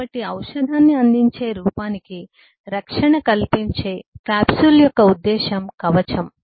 కాబట్టి ఔషధాన్ని అందించే రూపానికి రక్షణ కల్పించే క్యాప్సూల్ యొక్క ఉద్దేశ్యం కవచం